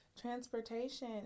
transportation